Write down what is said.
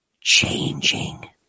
changing